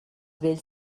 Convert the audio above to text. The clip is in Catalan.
vells